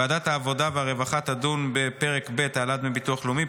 ועדת העבודה והרווחה תדון בפרק ב' העלאת דמי ביטוח לאומי,